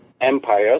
empires